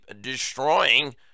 destroying